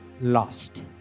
lost